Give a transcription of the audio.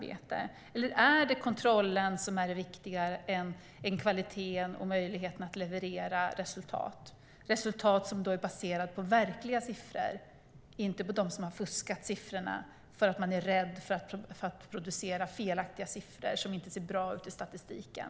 Eller är kontrollen viktigare än kvaliteten och möjligheten att leverera resultat - resultat som är baserade på verkliga siffror och inte på fusksiffror eftersom man är rädd för att producera siffror som inte ser bra ut i statistiken?